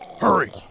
Hurry